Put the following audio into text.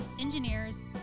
engineers